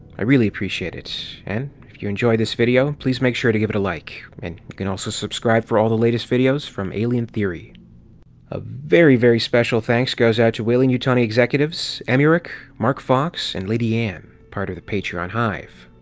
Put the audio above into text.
i really appreciate it, and if you enjoyed this video, please make sure to give it a like, and you can also subscribe for all the latest videos from the and channel a very, very special thanks goes out to weyland yutani executives emyaruk, mark fox, and lady anne, part of the patreon hive.